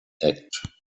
act